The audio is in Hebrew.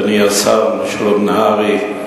אדוני השר משולם נהרי,